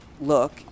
look